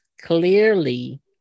clearly